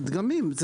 דגמים.